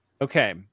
okay